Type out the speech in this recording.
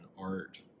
art